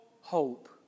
hope